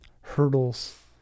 hurdles